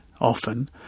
often